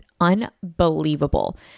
unbelievable